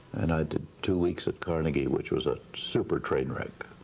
and i did two weeks at carnegie, which was a super train wreck,